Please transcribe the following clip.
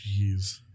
Jeez